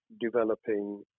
developing